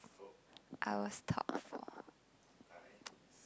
i was top of